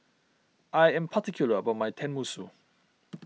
I am particular about my Tenmusu